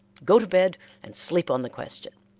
go to bed and sleep on the question,